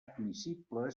admissible